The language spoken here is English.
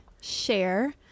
share